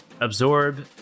absorb